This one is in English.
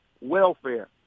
welfare